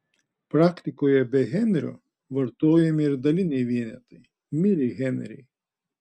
praktikoje be henrio vartojami ir daliniai vienetai milihenriai